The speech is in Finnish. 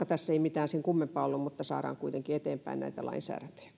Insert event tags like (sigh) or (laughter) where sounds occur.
(unintelligible) tässä ei mitään sen kummempaa ollut mutta saadaan kuitenkin eteenpäin näitä lainsäädäntöjä